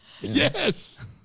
yes